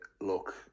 look